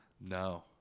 No